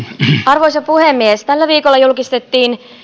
arvoisa puhemies tällä viikolla julkistettiin